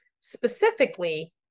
Specifically